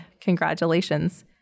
congratulations